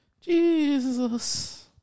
Jesus